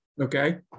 okay